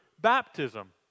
baptism